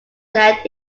said